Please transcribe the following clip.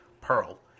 Pearl